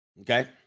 Okay